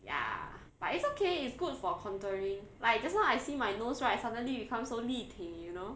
ya but it's okay it's good for contouring like just now I see my nose right suddenly become so li teh you know